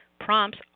prompts